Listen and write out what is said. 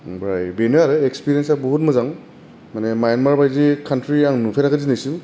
ओमफ्राय बेनो आरो इकपेरियन्स आ बहुत मोजां मानि म्यानमार बायदि कान्त्रि आं नुफेराखै दिनैसिम